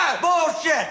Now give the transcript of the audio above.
Bullshit